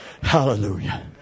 Hallelujah